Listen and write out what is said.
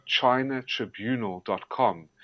chinatribunal.com